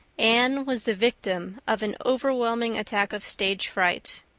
anne was the victim of an overwhelming attack of stage fright.